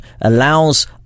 allows